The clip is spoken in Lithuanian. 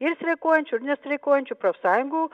ir streikuojančių ir nestreikuojančių profsąjungų